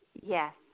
Yes